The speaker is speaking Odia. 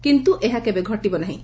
କିନ୍ତୁ ଏହା କେବେ ଘଟିବ ନାହିଁ